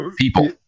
people